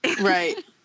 right